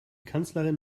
kanzlerin